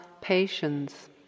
patience